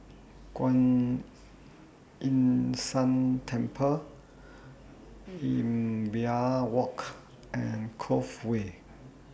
Kuan Yin San Temple Imbiah Walk and Cove Way